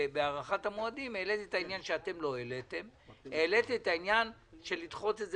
בהארכת המועדים העליתי את העניין שאתם לא העליתם לדחות את זה